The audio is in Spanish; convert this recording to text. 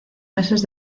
meses